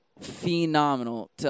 phenomenal